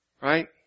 Right